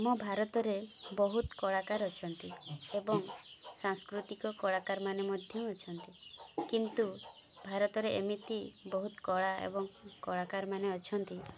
ଆମ ଭାରତରେ ବହୁତ କଳାକାର ଅଛନ୍ତି ଏବଂ ସାଂସ୍କୃତିକ କଳାକାରମାନେ ମଧ୍ୟ ଅଛନ୍ତି କିନ୍ତୁ ଭାରତରେ ଏମିତି ବହୁତ କଳା ଏବଂ କଳାକାରମାନେ ଅଛନ୍ତି